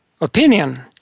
opinion